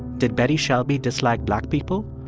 did betty shelby dislike black people?